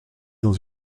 dans